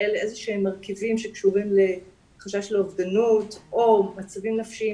איזה שהם מרכיבים שקשורים לחשש לאובדנות או למצבים נפשיים